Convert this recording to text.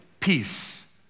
Peace